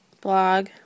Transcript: blog